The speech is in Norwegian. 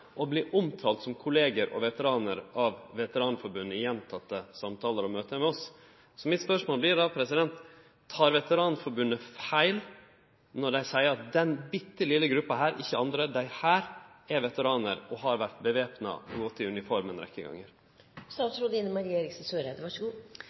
som kollegaer og veteranar av Veteranforbundet i fleire møte og samtalar med oss. Mitt spørsmål vert då: Tek Veteranforbundet feil når dei seier at denne vesle gruppa, ikkje andre enn desse, er veteranar og har vore væpna og gått i uniform